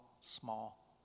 small